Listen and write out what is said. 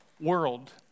world